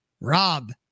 Rob